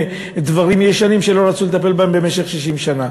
דברים ישנים שלא רצו לטפל בהם במשך 60 שנה.